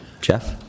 Jeff